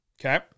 Okay